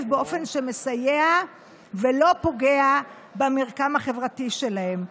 באופן שמסייע ולא פוגע במרקם החברתי שלהם.